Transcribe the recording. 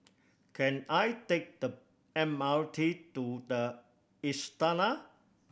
can I take the M R T to The Istana